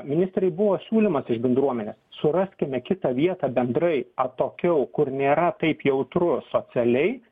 ministrei buvo siūlymas iš bendruomenės suraskime kitą vietą bendrai atokiau kur nėra taip jautru socialiai